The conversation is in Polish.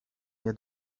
nie